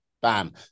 bam